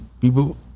people